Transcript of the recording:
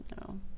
No